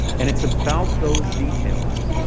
and it's about those details